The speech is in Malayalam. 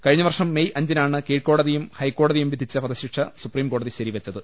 കഴിഞ്ഞവർഷം മെയ് അഞ്ചിനാണ് കീഴ്ക്കോടതിയും ഹൈക്കോടതിയും വിധിച്ച വധശിക്ഷ സുപ്രീം കോടതി ശരിവെച്ചത്